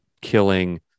killing